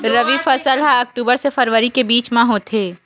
रबी फसल हा अक्टूबर से फ़रवरी के बिच में होथे